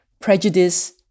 prejudice